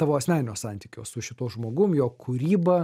tavo asmeninio santykio su šituo žmogum jo kūryba